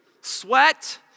Sweat